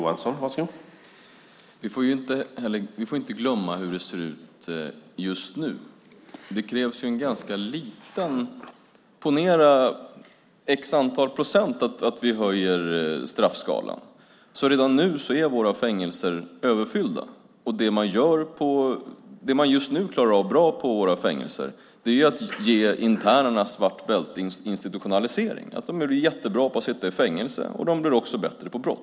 Herr talman! Vi får inte glömma hur det ser ut just nu. Ponera att vi höjer straffskalan x procent, och våra fängelser är redan nu överfyllda. Det man just nu klarar av bra på våra fängelser är att ge internerna svart bälte i institutionalisering; de är jättebra på att sitta i fängelse, och de blir också bättre på brott.